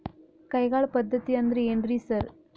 ಕೈಗಾಳ್ ಪದ್ಧತಿ ಅಂದ್ರ್ ಏನ್ರಿ ಸರ್?